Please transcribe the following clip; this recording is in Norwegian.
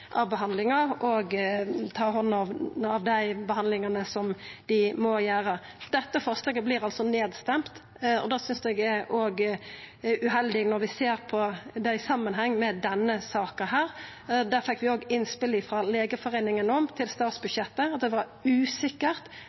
av behandlingar og ta hand om dei behandlingane som dei må gjera. Dette forslaget vert altså nedstemt, og det synest eg er uheldig når vi ser det i samanheng med denne saka. Vi fekk òg innspel om det til statsbudsjettet frå Legeforeningen – at det var usikkert